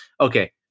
Okay